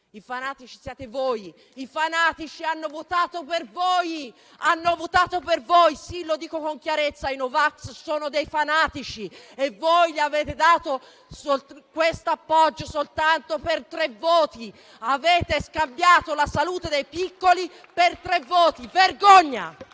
I fanatici siete voi. I fanatici hanno votato per voi. Lo dico con chiarezza: i No vax sono dei fanatici e voi gli avete dato questo appoggio soltanto per tre voti. Avete scambiato la salute dei piccoli per tre voti. Vergogna.